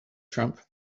trump